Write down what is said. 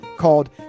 ...called